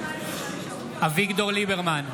אביגדור ליברמן,